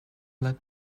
led